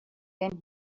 been